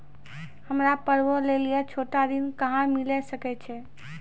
हमरा पर्वो लेली छोटो ऋण कहां मिली सकै छै?